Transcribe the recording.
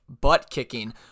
butt-kicking